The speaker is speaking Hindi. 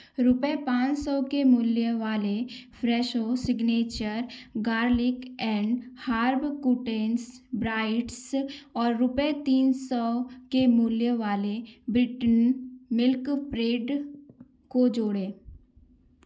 रुपये पाँच सौ के मूल्य वाले Fresho signature garlic and herb croutons bites और रूपये तीन सौ के मूल्य वाले ब्रिट्टनि मिल्क ब्रेड को जोड़ें